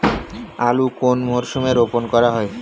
আলু কোন মরশুমে রোপণ করা হয়?